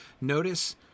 Notice